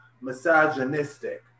misogynistic